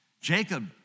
Jacob